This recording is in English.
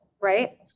right